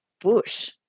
bush